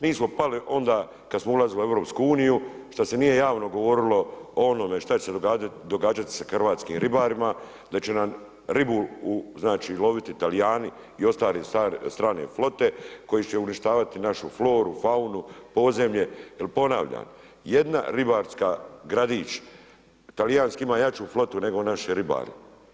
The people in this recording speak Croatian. Nismo pali onda kad smo ulazili u EU, šta se nije javno govorilo o onome šta će se događati sa hrvatskim ribarima, da će nam ribu, znači loviti Talijani i ostale strane flote, koji će uništavati našu floru, faunu, podzemlje, jer ponavljam, jedna ribarska, gradić talijanski ima jaču flotu nego našu ribari.